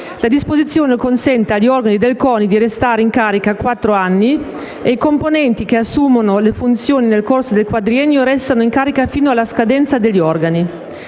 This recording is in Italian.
La disposizione consente agli organi del CONI di restare in carica quattro anni e i componenti che assumono le funzioni nel corso del quadriennio restano in carica fino alla scadenza degli organi.